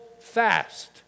fast